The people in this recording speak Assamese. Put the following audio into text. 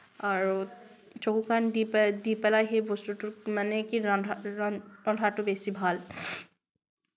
আৰু চকু কাণ দি পে দি পেলাই সেই বস্তুটোত মানে কি ৰন্ধা ৰ ৰন্ধাটো বেছি ভাল